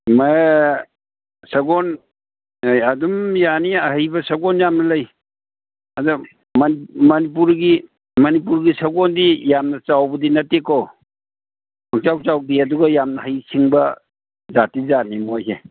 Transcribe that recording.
ꯁꯒꯣꯜ ꯑꯗꯨꯃ ꯌꯥꯅꯤ ꯑꯍꯩꯕ ꯁꯒꯣꯜ ꯌꯥꯝꯅ ꯂꯩ ꯑꯗꯣ ꯃꯅꯤꯄꯨꯔꯒꯤ ꯃꯅꯤꯄꯨꯔꯒꯤ ꯁꯒꯣꯜꯗꯤ ꯌꯥꯝꯅ ꯆꯥꯎꯕꯗꯤ ꯅꯠꯇꯦꯀꯣ ꯄꯪꯆꯥꯎ ꯆꯥꯎꯗꯦ ꯑꯗꯨꯒ ꯌꯥꯝꯅ ꯍꯩꯁꯤꯡꯕ ꯖꯥꯠꯇꯤ ꯖꯥꯠꯅꯤ ꯃꯣꯏꯁꯦ